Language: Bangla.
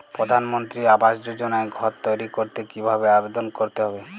প্রধানমন্ত্রী আবাস যোজনায় ঘর তৈরি করতে কিভাবে আবেদন করতে হবে?